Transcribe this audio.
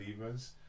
believers